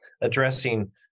addressing